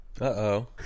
Uh-oh